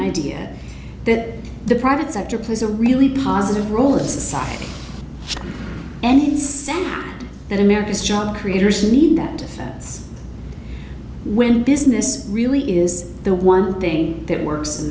idea that the private sector plays a really positive role in society and sense that america's job creators need that it's when business really is the one thing that works in